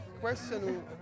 question